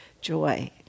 joy